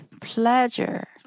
pleasure